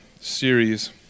series